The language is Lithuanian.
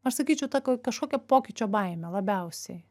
aš sakyčiau ta k kažkokia pokyčio baimė labiausiai